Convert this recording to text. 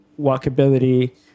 walkability